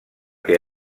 que